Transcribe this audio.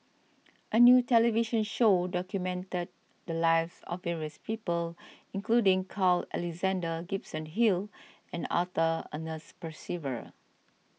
a new television show documented the lives of various people including Carl Alexander Gibson Hill and Arthur Ernest Percival